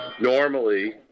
normally